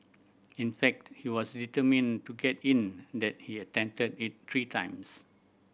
in fact he was determined to get in that he attempted it three times